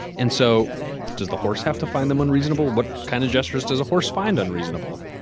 and so does the horse have to find them unreasonable. what kind of gestures does a horse find unreasonable?